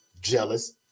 Jealous